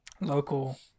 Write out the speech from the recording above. local